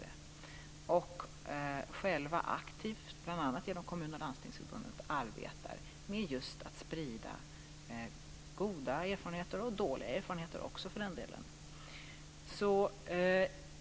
De arbetar själva aktivt, bl.a. genom Kommunförbundet och Landstingsförbundet, just med att sprida goda erfarenheter - dåliga erfarenheter också för den delen.